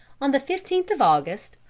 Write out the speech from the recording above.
on the fifteenth of august,